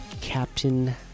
Captain